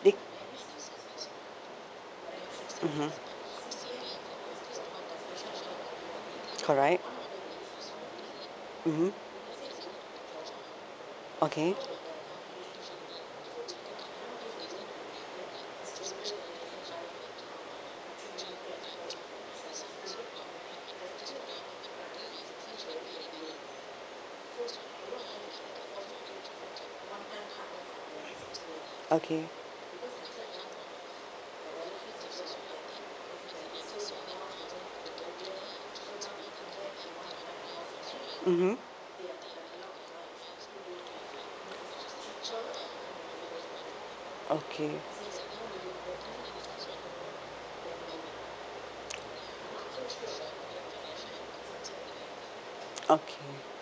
they mmhmm correct mmhmm okay okay mmhmm okay okay